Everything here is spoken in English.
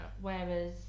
Whereas